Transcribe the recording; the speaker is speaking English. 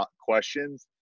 questions